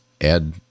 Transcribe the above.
add